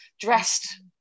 dressed